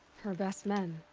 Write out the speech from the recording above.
her best men.